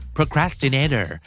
Procrastinator